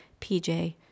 PJ